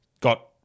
Got